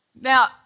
Now